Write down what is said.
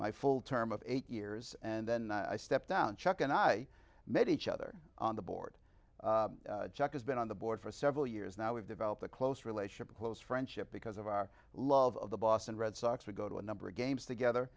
my full term of eight years and then i stepped down chuck and i met each other on the board has been on the board for several years now we've developed a close relationship a close friendship because of our i love the boston red sox we go to a number of games together